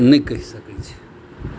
नहि कहि सकय छै